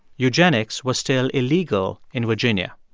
eugenics was still illegal in virginia.